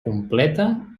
completa